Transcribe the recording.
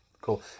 Cool